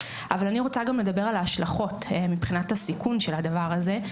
אבל אני רוצה גם לדבר על ההשלכות מבחינת הסיכון של הדבר הזה.